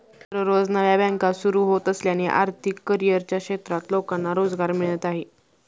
दररोज नव्या बँका सुरू होत असल्याने आर्थिक करिअरच्या क्षेत्रात लोकांना रोजगार मिळत आहे